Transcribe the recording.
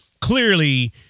clearly